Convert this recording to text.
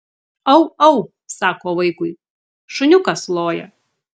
au au sako vaikui šuniukas loja